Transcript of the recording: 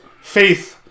faith